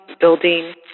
building